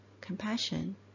compassion